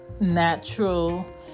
natural